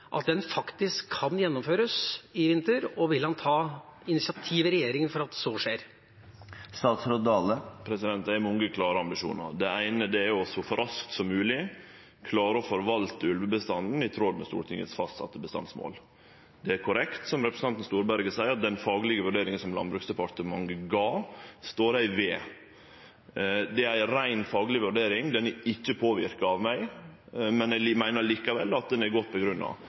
faktisk kan gjennomføres i vinter, og vil han ta initiativ i regjeringa for at så skjer? Eg har mange klare ambisjonar. Det eine er så raskt som mogleg å klare å forvalte ulvebestanden i tråd med bestandsmålet Stortinget har fastsett. Det er korrekt som representanten Storberget seier, at den faglege vurderinga som Landbruksdepartementet gav, står eg ved. Det er ei rein fagleg vurdering, ho er ikkje påverka av meg, men eg meiner likevel at ho er godt